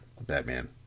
Batman